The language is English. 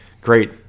Great